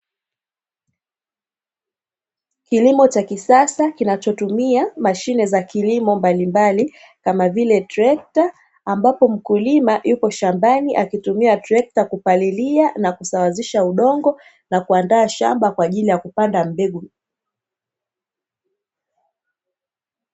Kilimo cha kisasa kinachotumia mashine mbalimbali, kama vile trekta, ambapo mkulima yupo shambani, akitumia trekta kupalilia na kusawazisha udongo na kuandaa shamba kwaajili ya kupanda mbegu.